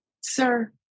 Sir